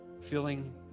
Feeling